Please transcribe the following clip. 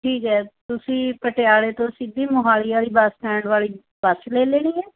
ਠੀਕ ਹੈ ਤੁਸੀਂ ਪਟਿਆਲੇ ਤੋਂ ਸਿੱਧੀ ਮੋਹਾਲੀ ਵਾਲੀ ਬੱਸ ਸਟੈਂਡ ਵਾਲੀ ਬੱਸ ਲੈ ਲੈਣੀ ਹੈ